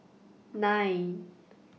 nine